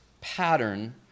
pattern